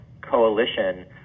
coalition